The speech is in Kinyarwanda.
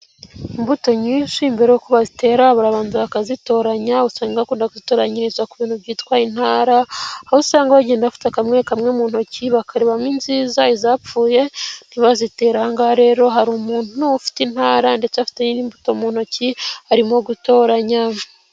Imbuto nyinshi mbere yuko bazitera barabanza bakazitoranya, usanga bakunda kuzitoranyiriza ku bintu byitwa intara, aho usanga bagenda bafata kamwe kamwe mu ntoki bakarebamo inziza izapfuye ntibazitere, aha ngaha rero hari umuntu ufite intara ndetse afite n'imbuto mu ntoki arimo gutoranya.